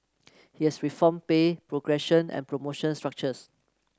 he has reformed pay progression and promotion structures